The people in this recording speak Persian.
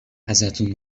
ازتون